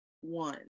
one